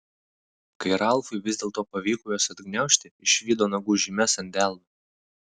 kai ralfui vis dėlto pavyko juos atgniaužti išvydo nagų žymes ant delno